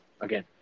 again